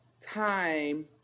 time